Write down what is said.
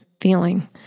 feeling